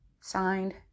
Signed